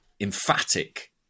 emphatic